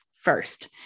first